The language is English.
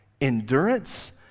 Endurance